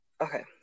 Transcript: Okay